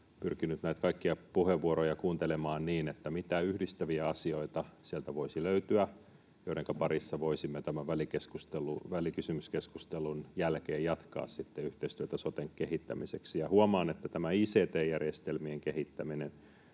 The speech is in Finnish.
ja pyrkinyt näitä kaikkia puheenvuoroja kuuntelemaan niin, että mitä yhdistäviä asioita sieltä voisi löytyä, joidenka parissa voisimme tämän välikysymyskeskustelun jälkeen jatkaa yhteistyötä soten kehittämiseksi. Huomaan, että tämä ict-järjestelmien kehittäminen